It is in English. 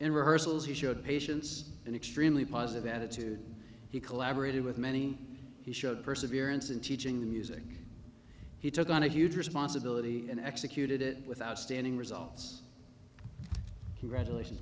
in rehearsals he showed patience and extremely positive attitude he collaborated with many he showed perseverance in teaching the music he took on a huge responsibility and executed it with outstanding results congratulations